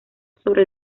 sobre